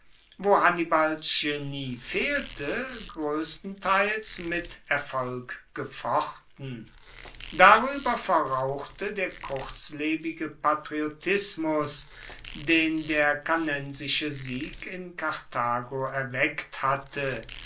wo hannibals genie fehlte groesstenteils mit erfolg gefochten darueber verrauchte der kurzlebige patriotismus den der cannensische sieg in karthago erweckt hatte